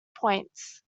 points